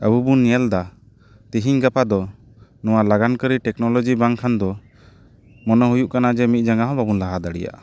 ᱟᱵᱚ ᱵᱚᱱ ᱧᱮᱞ ᱫᱟ ᱛᱮᱦᱮᱧ ᱜᱟᱯᱟ ᱫᱚ ᱱᱚᱣᱟ ᱞᱟᱜᱟᱱ ᱠᱟᱹᱨᱤ ᱴᱮᱠᱱᱳᱞᱳᱡᱤ ᱵᱟᱝᱠᱷᱟᱱ ᱫᱚ ᱢᱚᱱᱮ ᱦᱩᱭᱩᱜ ᱠᱟᱱᱟ ᱡᱮ ᱢᱤᱫ ᱡᱟᱸᱜᱟ ᱦᱚᱸ ᱵᱟᱵᱚᱱ ᱞᱟᱦᱟ ᱫᱟᱲᱮᱭᱟᱜ ᱼᱟ